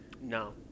No